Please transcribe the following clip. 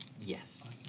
yes